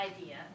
idea